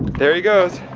there he goes.